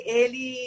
ele